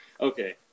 okay